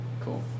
Cool